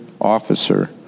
officer